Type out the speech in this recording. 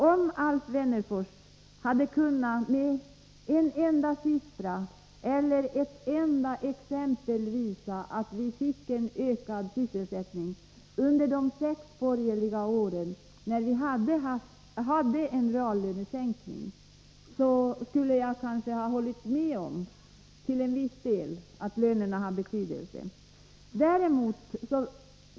Om Alf Wennerfors med en enda siffra eller med ett enda exempel hade kunnat visa att vi fick en ökad sysselsättning under de sex borgerliga åren, då vi hade en reallönesänkning, skulle jag kanske ha hållit med om att lönerna till en viss del har betydelse för sysselsättningsläget.